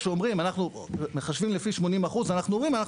כשאומרים אנחנו מחשבים לפי 80% אנחנו אומרים אנחנו